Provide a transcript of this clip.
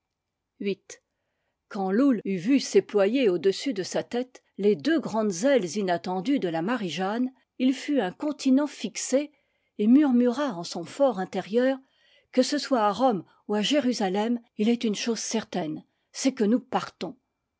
loull eut vu s'éployer au-dessus de sa tête les deux grandes ailes inattendues de la marie-jeanne il fut inconti nent fixé et murmura en son for intérieur que ce soit à rome ou à jérusalem il est une chose certaine c'est que nous partons